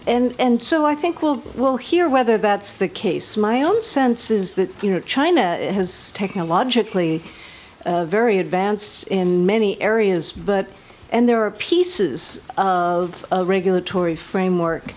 and and so i think well we'll hear whether that's the case my own sense is that you know china has technologically very advanced in many areas but and there are pieces of a regulatory framework